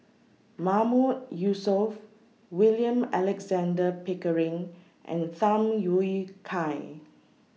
Mahmood Yusof William Alexander Pickering and Tham Yui Kai